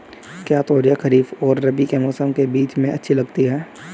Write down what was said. क्या तोरियां खरीफ और रबी के मौसम के बीच में अच्छी उगती हैं?